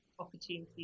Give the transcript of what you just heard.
opportunities